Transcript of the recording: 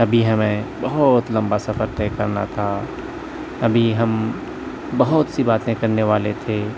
ابھی ہمیں بہت لمبا سفر طے کرنا تھا ابھی ہم بہت سی باتیں کرنے والے تھے